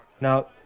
now